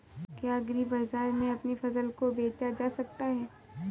क्या एग्रीबाजार में अपनी फसल को बेचा जा सकता है?